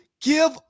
give